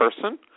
person